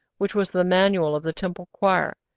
which was the manual of the temple choir,